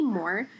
more